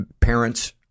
parents